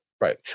Right